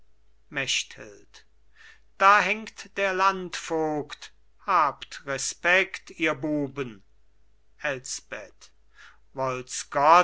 da hängt der landvogt habt respekt ihr buben